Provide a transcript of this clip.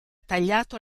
tagliato